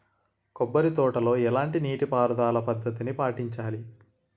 కొబ్బరి తోటలో ఎలాంటి నీటి పారుదల పద్ధతిని పాటించాలి?